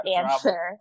answer